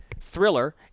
Thriller